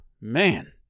Man